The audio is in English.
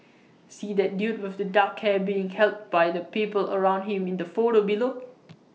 see that dude with the dark hair being helped by the people around him in the photo below